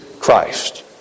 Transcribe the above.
Christ